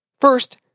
First